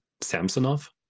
Samsonov